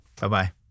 Bye-bye